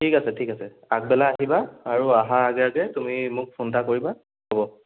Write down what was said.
ঠিক আছে ঠিক আছে আগবেলা আহিবা আৰু আহাৰ আগে আগে তুমি মোক ফোন এটা কৰিবা হ'ব